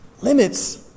Limits